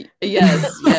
Yes